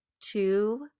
two